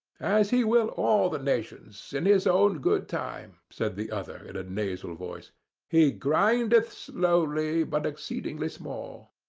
as he will all the nations in his own good time, said the other in a nasal voice he grindeth slowly but exceeding small.